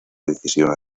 decisión